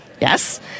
Yes